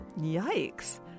Yikes